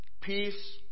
peace